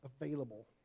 available